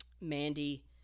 Mandy